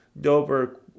dober